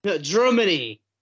Germany